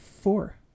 four